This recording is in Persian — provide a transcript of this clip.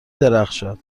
درخشد